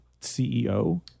ceo